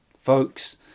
folks